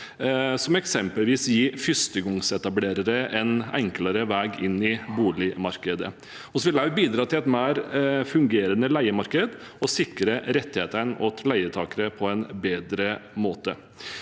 som f.eks. gir førstegangsetablerere en enklere vei inn i boligmarkedet. Vi vil også bidra til et mer fungerende leiemarked og sikre rettighetene til leietakere på en bedre måte.